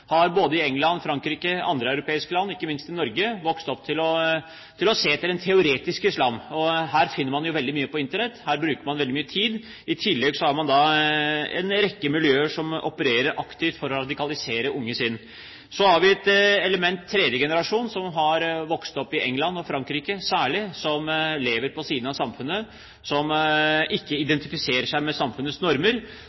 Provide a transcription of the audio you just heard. har både i Storbritannia, Frankrike og andre europeiske land, ikke minst i Norge, vokst opp til å se etter den teoretiske islam. Her finner man veldig mye på Internett, her bruker man veldig mye tid, og i tillegg har man en rekke miljøer som opererer aktivt for å radikalisere unge sinn. Så har vi et element, tredje generasjon, som har vokst opp i Storbritannia og særlig Frankrike, som lever på siden av samfunnet, som ikke